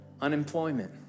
unemployment